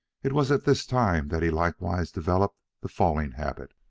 it was at this time that he likewise developed the falling habit.